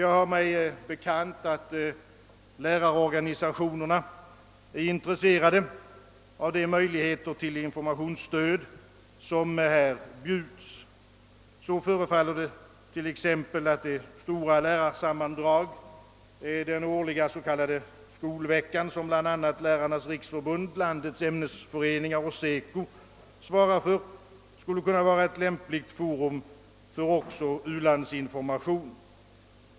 Jag har mig bekant, att lärarorganisationerna är intresserade av de möjligheter till informationsstöd som erbjuds. Så förefaller det t.ex., som om det stora lärarsammandrag — den årliga s.k. skolveckan, som bl.a. Lärarnas riksförbund, landets ämneslärarföreningar och SECO svarar för, skulle kunna vara ett lämpligt forum för även u-landsinformation.